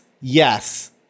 yes